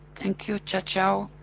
thank you chaoao,